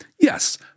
Yes